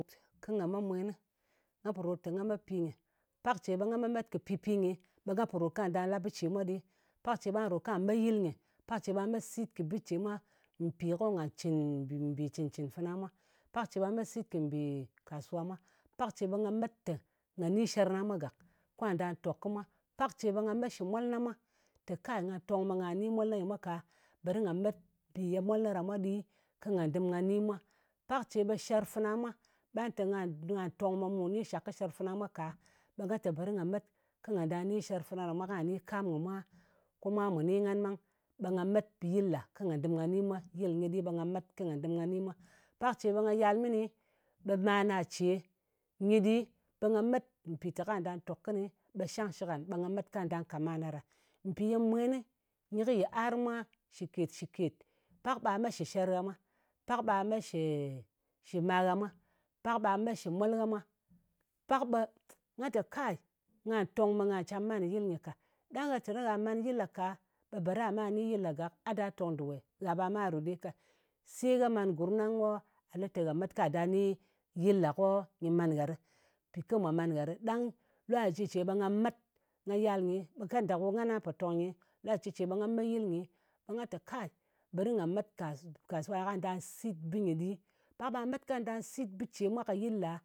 Kɨ nga me mwen. Nga po rot te nga met pi nyɨ. Pak ce ɓe nga memet kɨ pɨ pi nyi, nga po rot ka nda la bɨ ce mwa ɗi. Pak ce ba rot ko nga me yɨl nyɨ. Pak ce ɓa met sit kɨ bɨ ce mwa, mpì ko nga cɨn mbì cɨn-cɨn fana mwa. Pak ce ɓe nga met sit kɨ mbì kasuwa mwa. Pak ce ɓe nga met tè nga ni sher na mwa gak, kwà nda tòk kɨ mwa. Pak ce ɓe nga met shɨ molna mwa. Te kai nga tong ɓe nga ni molna nyɨ mwa ka. Beri nga met pi molna ɗa mwa ɗii ko nga dɨm nga ni mwa. Pak ce ɓe sher fana mwa ɓe ngɑ te, nga, tong ɓe mu ni shak kɨ sher fana mwa ka, ɓe nga lɨ te, beri nga met kɨ nga da ni sher fana ɗa mwa. Ka ni kam kɨ mwa, ko mwa mwà ni ngan ɓang. Ɓe nga met yɨl ɗa, ko nga dɨm nga mwa. Yɨl nyi ɗi, ɓe nga met kɨ nga dɨm nga ni mwa. Pak ce ɓe nga yal mɨni, ɓe mana ce nyɨ ɗi, ɓe nga met mpìteka dà tok kɨni, ɓe shang shɨk ngan, ɓe nga met ka nda ka mana ɗa. Mpì ye mweni, nyɨ kɨ yiar mwa shɨket-shɨket. Pak ɓa met shɨ sher gha mwa. Pak ɓa met shɨ shɨ ma gha mwa. Pak ɓa met shɨ mol gha mwa. Pak ɓe nga te kai, nga tong ɓe nga cam man kɨ yɨl nyɨ ka. Ɗang gha lɨ te gha man yɨl ɗa ka, ɓe beri gha ma ni yɨl ɗa gak, a ɗa tong dɨ we? Gha ba ma ru ɗi ka. Se gha man gurm ɗang ko gha li te gha met kwa ɗa ni yɨl ɗa ko nɨ man gha ɗɨ. Ɗang la ci ce ɓe nga met. Nga yal nyi ɓe kanda ko ngana pò tòng nyi la ci ce ɓe nga met yɨl nyi, ɓe nga lɨ te kai, beri nga met kas kasuwa ko nga ɗa sit bɨ nyɨ ɗi, ba met kwa nda sit bɨ ce mwa ka yɨl ɗa